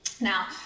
Now